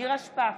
נירה שפק,